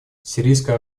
сирийская